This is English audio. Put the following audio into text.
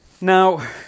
now